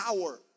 power